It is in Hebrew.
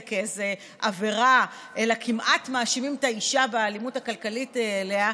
כאל איזו עבירה אלא כמעט מאשימים את האישה באלימות הכלכלית כלפיה,